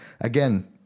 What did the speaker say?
again